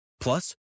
Plus